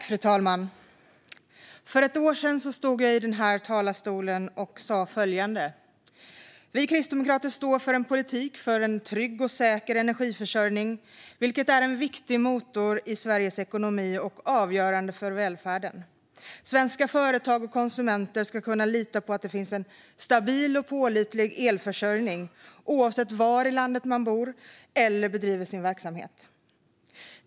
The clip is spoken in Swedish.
Fru talman! För ett år sedan stod jag här i talarstolen och sa följande: "Vi kristdemokrater för en politik för en trygg och säker energiförsörjning, vilket är en viktig motor i Sveriges ekonomi och avgörande för välfärden. Svenska företag och konsumenter ska kunna lita på att det finns en stabil och pålitlig elförsörjning oavsett var i landet man bor eller bedriver sin verksamhet."